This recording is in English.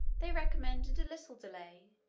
they recommended a little delay,